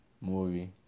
movie